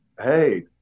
Hey